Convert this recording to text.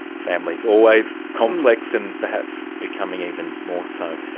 families, always complex and perhaps becoming even more so.